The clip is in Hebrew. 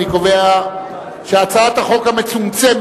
מכירה והתקנת מתקנים לצמצום